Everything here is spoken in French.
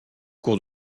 cours